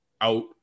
out